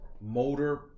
motor